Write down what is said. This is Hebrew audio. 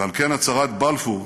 ועל כן, הצהרת בלפור,